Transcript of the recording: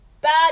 bad